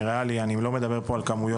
אני ריאלי, אני לא מדבר על כמויות.